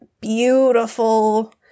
beautiful